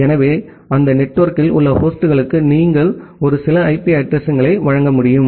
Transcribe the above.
எனவே அந்த நெட்வொர்க்கில் உள்ள ஹோஸ்ட்களுக்கு நீங்கள் ஒரு சில ஐபி அட்ரஸிங்களை வழங்க முடியும்